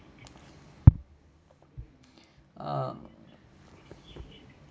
uh